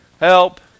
help